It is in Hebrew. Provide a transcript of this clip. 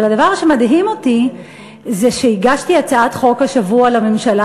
אבל הדבר שמדהים אותי זה שהגשתי הצעת חוק השבוע לממשלה,